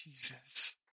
Jesus